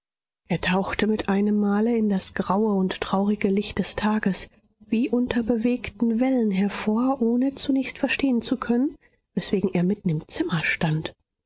er tauchte mit einem male in das graue und traurige licht des tages wie unter bewegten wellen hervor ohne zunächst verstehen zu können weswegen er mitten im zimmer stand